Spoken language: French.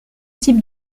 type